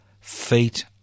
feet